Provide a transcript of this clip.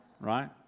right